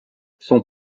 son